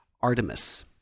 Artemis